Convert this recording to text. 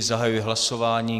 Zahajuji hlasování.